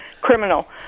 criminal